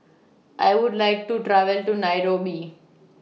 I Would like to travel to Nairobi